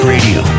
Radio